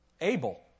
Abel